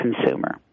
consumer